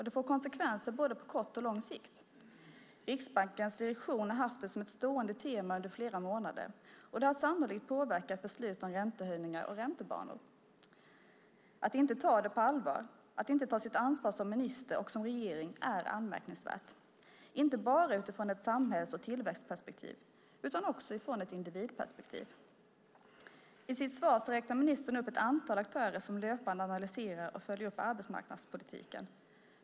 Det får konsekvenser på både kort och lång sikt. Riksbankens direktion har haft det som ett stående tema under flera månader. Det har sannolikt påverkat beslut om räntehöjningar och räntebanor. Att inte ta det på allvar, att inte ta sitt ansvar som minister och som regering är anmärkningsvärt inte bara utifrån ett samhälls och tillväxtsperspektiv utan också ur ett individperspektiv. I sitt svar räknar ministern upp ett antal aktörer som löpande analyserar och följer upp arbetsmarknadspolitiken.